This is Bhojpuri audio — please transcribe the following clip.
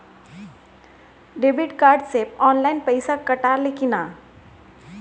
डेबिट कार्ड से ऑनलाइन पैसा कटा ले कि ना?